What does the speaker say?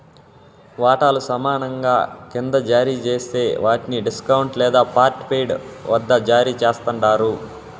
వాటాలు సమానంగా కింద జారీ జేస్తే వాట్ని డిస్కౌంట్ లేదా పార్ట్పెయిడ్ వద్ద జారీ చేస్తండారు